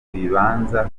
ibibanza